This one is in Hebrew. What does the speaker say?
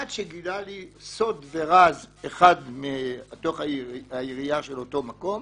עד שגילה לי סוד ורז אחד מהעירייה של אותו מקום: